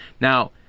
Now